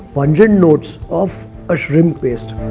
pungent notes of a shrimp paste.